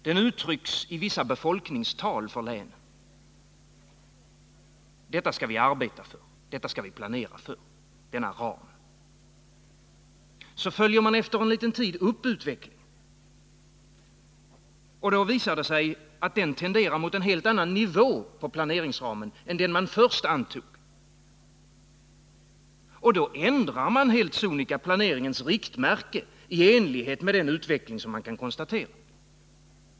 Den uttrycks i vissa befolkningstal för länen, och man säger: Detta skall vi arbeta för, detta skall vi planera för. Så följer man efter en tid upp utvecklingen. Då visar det sig att den tenderar mot en helt annan nivå inom planeringsramen än den man först antog. Då ändrar man helt sonika planeringens riktmärke i enlighet med den utveckling som man kan konstatera.